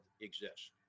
exists